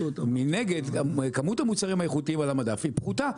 מנגד כמות המוצרים האיכותיים על המדף היא פחותה,